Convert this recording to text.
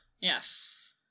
Yes